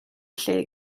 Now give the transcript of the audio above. lle